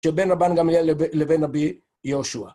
שבין רבן גמליאל לבין רבי יהושע.